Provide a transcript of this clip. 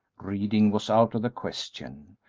reading was out of the question.